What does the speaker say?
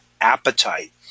appetite